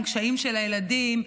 עם קשיים של הילדים,